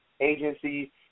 Agency